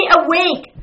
awake